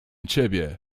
ciebie